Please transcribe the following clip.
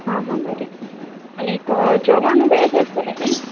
आ हा बरें आनीक जेवण वेज आसतलें न्ही